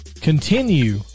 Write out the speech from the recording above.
continue